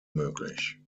möglich